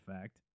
fact